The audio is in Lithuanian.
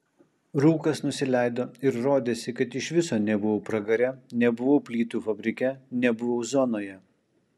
rūkas nusileido ir rodėsi kad iš viso nebuvau pragare nebuvau plytų fabrike nebuvau zonoje